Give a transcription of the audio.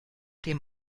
dem